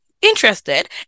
interested